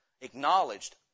acknowledged